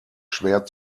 schwer